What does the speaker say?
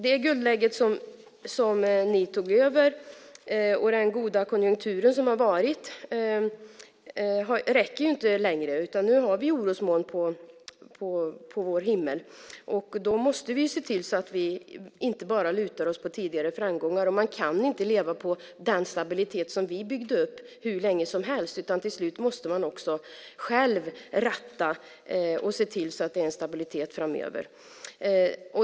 Det guldläge som ni tog över och den goda konjunktur som har varit räcker inte längre, utan nu har vi orosmoln på vår himmel. Då måste vi se till att vi inte bara lutar oss mot tidigare framgångar. Man kan inte leva på den stabilitet som vi byggde upp hur länge som helst. Till slut måste man också själv ratta och se till att det är en stabilitet framöver.